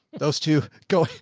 those two go,